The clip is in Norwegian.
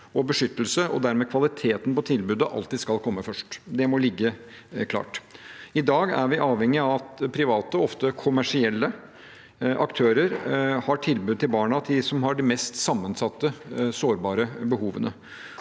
beskyttelse og dermed kvaliteten på tilbudet alltid skal komme først. Det må ligge klart. I dag er vi avhengige av at private, ofte kommersielle, aktører har tilbud til de barna som har de mest sammensatte behovene